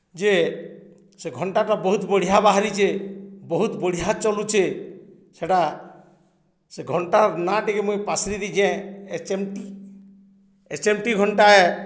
ଯେ ସେ ଘଣ୍ଟାଟା ବହୁତ୍ ବଢ଼ିଆ ବାହାରିଚେ ବହୁତ୍ ବଢ଼ିଆ ଚଲୁଚେ ସେଟା ସେ ଘଣ୍ଟାର ନାଁ ଟିକେ ମୁଇଁ ପାଶ୍ରି ଦେଇଛେଁ H M T H M T ଘଣ୍ଟା ଏ